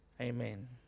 amen